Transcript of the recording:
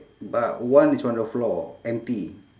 but one is on the floor empty